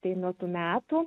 tai nuo tų metų